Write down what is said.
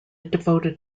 devoted